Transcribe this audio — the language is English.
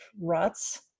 ruts